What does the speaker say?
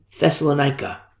Thessalonica